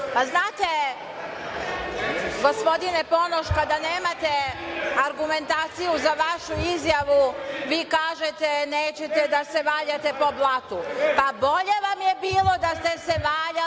Znate, gospodine Ponoš, kada nemate argumentaciju za vašu izjavu, vi kažete - nećete da se valjate po blatu. Pa, bolje vam je bilo da ste se valjali